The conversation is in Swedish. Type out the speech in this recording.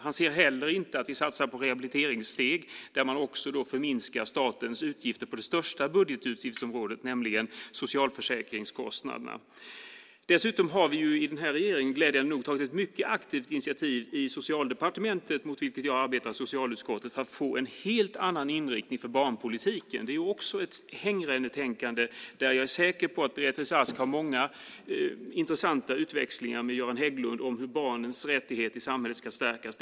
Han ser heller inte att vi satsar på rehabiliteringssteg, där man också förminskar statens utgifter på det största budgetsutgiftsområdet, nämligen socialförsäkringskostnaderna. Dessutom har den här regeringen glädjande nog tagit ett mycket aktivt initiativ i Socialdepartementet, mot vilket jag arbetar genom socialutskottet, för att få en helt annan inriktning för barnpolitiken. Det är också ett hängrännetänkande där jag är säker på att Beatrice Ask har många intressanta utväxlingar med Göran Hägglund om hur barnens rättigheter i samhället ska stärkas.